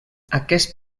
aquest